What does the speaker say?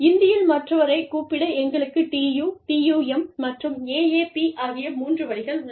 இந்தியில் மற்றவரைக் கூப்பிட எங்களுக்கு TU TUM மற்றும் AAP ஆகிய மூன்று வழிகள் உள்ளன